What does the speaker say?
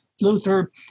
Luther